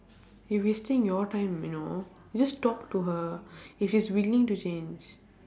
you're wasting your time you know you just talk to her if she's willing to change